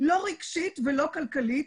לא רגשית ולא כלכלית,